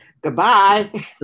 Goodbye